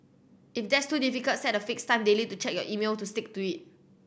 if that's too difficult set a fixed time daily to check your email to stick to it